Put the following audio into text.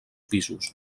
pisos